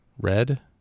Red